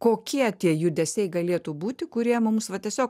kokie tie judesiai galėtų būti kurie mums va tiesiog